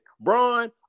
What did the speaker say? Braun